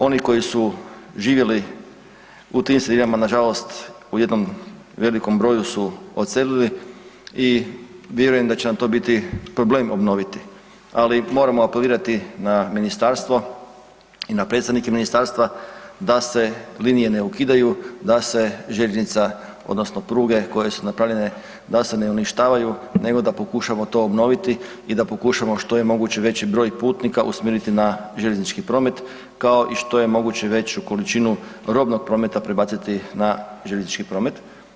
Oni koji su živjeli u tim sredinama na žalost u jednom velikom broju su odselili i vjerujem da će nam to biti problem obnoviti, ali moramo apelirati na ministarstvo i na predstavnike ministarstva da se linije ne ukidaju, da se željeznica odnosno pruge koje su napravljene da se ne uništavaju nego da pokušamo to obnoviti i da pokušamo što je moguće veći broj putnika usmjeriti na željeznički promet kao i što je moguće veću količinu robnog prometa prebaciti na željeznički promet.